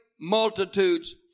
multitudes